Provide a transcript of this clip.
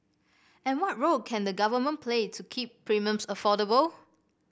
and what role can the Government play to keep premiums affordable